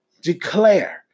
Declare